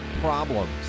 problems